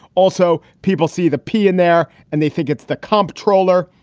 also, people see the p in there and they think it's the comp troller.